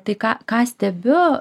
tai ką ką stebiu